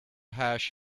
hash